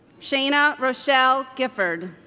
shaina rochelle gifford